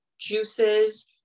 juices